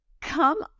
come